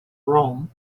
rome